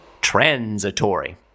transitory